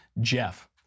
Jeff